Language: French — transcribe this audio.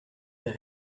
est